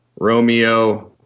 Romeo –